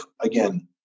again